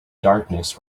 darkness